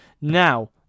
Now